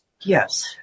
Yes